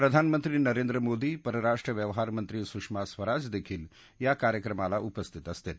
प्रधानमंत्री नरेंद्र मोदी परराष्ट्रव्यवहार मंत्री सुषमा स्वराजदेखील या कार्यक्रमाला उपस्थित असतील